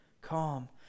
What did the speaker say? calm